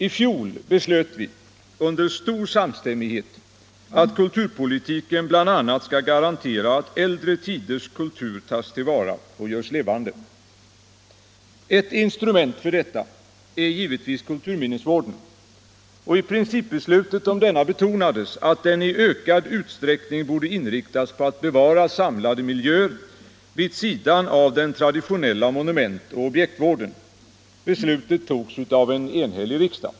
I fjol beslöt vi under stor samstämmighet, att kulturpolitiken bl.a. skall garantera att äldre tiders kultur tas till vara och görs levande. Ett instrument för detta är givetvis kulturminnesvården, och i principbeslutet om denna betonades, att den i ökad utsträckning borde inriktas på att bevara samlade miljöer vid sidan av den traditionella monumentoch objektvården. Beslutet togs av en enhällig riksdag.